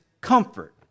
comfort